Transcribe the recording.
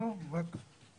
לא, לא, רק לברך.